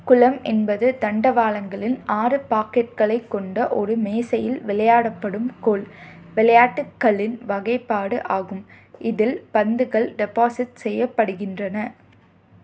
குளம் என்பது தண்டவாளங்களின் ஆறு பாக்கெட்டுகளைக் கொண்ட ஒரு மேசையில் விளையாடப்படும் கோல் விளையாட்டுகளின் வகைப்பாடு ஆகும் இதில் பந்துகள் டெப்பாசிட் செய்யப்படுகின்றன